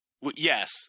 yes